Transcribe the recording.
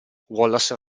wallace